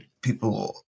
people